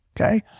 okay